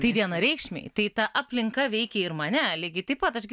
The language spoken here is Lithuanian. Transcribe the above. tai vienareikšmiai tai ta aplinka veikė ir mane lygiai taip pat aš gi